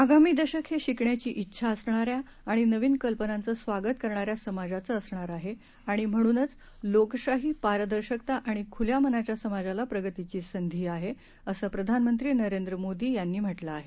आगामी दशक हे शिकण्याची व्विंडा असणाऱ्या आणि नविन कल्पनाचं स्वागत करणाऱ्या समाजाचं असणार आहे आणि म्हणूनच लोकशाही पारदर्शकता आणि खुल्या मनाच्या समाजाला प्रगतीची संधी आहे अस प्रधानमंत्री नरेंद्र मोदी यांनी म्हटलं आहे